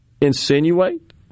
insinuate